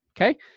Okay